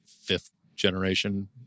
fifth-generation